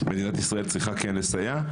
מדינת ישראל צריכה כן לסייע,